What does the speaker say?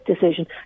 decision